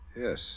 Yes